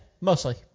mostly